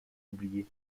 oubliées